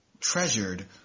treasured